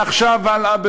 מעכשיו והלאה,